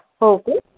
हो का